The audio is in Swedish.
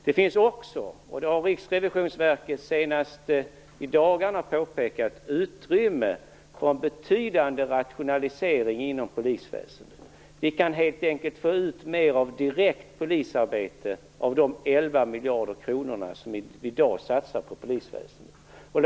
Det finns också, och det har Riksrevisionsverket senast i dagarna påpekat, utrymme för en betydande rationalisering inom polisväsendet. Vi kan helt enkelt få ut mer direkt polisarbete av de 11 miljarder kronor som vi i dag satsar på polisväsendet.